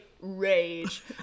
rage